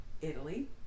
Italy